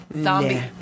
zombie